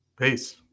Peace